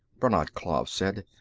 brannad klav said.